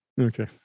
Okay